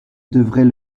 devrait